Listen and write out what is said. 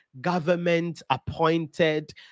government-appointed